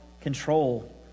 control